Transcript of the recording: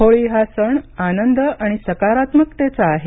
होळी हा आनंद आणि सकारात्मकतेचा सण आहे